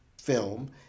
film